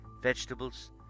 vegetables